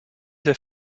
der